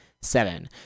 Seven